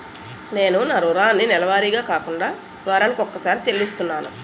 నేను నా రుణాన్ని నెలవారీగా కాకుండా వారాని కొక్కసారి చెల్లిస్తున్నాను